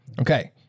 Okay